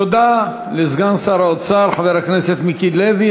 תודה לסגן שר האוצר חבר הכנסת מיקי לוי.